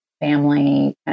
family